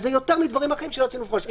אז זה יותר מדברים אחרים שבהם לא ציינו במפורש.